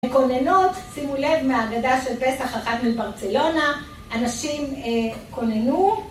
מקוננות, שימו לב מהאגדה של פסח אחת מברצלונה, אנשים קוננו.